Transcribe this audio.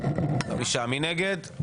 מי נגד?